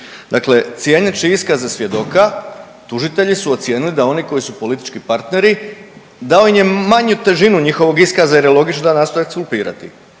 Dakle, cijeneći iskaze svjedoka tužitelji su ocijenili da oni koji su politički partneri dao im je manju težinu njihovog iskaza jer je logično da nastoje ekskulpirati.